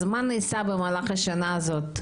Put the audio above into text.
אז מה נעשה במהלך השנה הזאת?